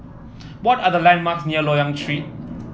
what are the landmarks near Loyang Street